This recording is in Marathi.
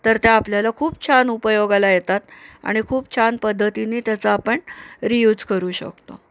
तर त्या आपल्याला खूप छान उपयोगाला येतात आणि खूप छान पद्धतीने त्याचा आपण रियूज करू शकतो